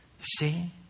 See